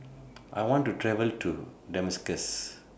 I want to travel to Damascus